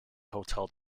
hotel